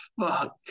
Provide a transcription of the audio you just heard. fuck